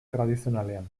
tradizionalean